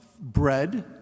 bread